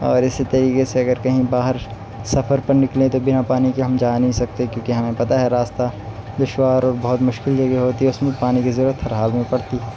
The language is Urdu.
اور اسی طریقے سے اگر کہیں باہر سفر پر نکلیں تو بنا پانی کے ہم جا نہیں سکتے کیونکہ ہمیں پتہ ہے راستہ دشوار اور بہت مشکل جگہ ہوتی ہے اس میں پانی کی ضرورت ہر حال میں پڑتی